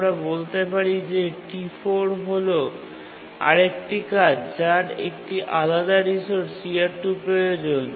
আমরা বলতে পারি যে T4 হল আরেকটি কাজ যার একটি আলাদা রিসোর্স CR2 প্রয়োজন